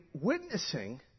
witnessing